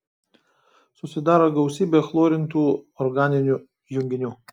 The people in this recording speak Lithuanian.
susidaro gausybė chlorintų organinių junginių